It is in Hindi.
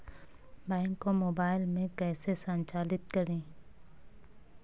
बैंक को मोबाइल में कैसे संचालित करें?